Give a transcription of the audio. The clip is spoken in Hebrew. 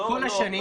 כל השנים.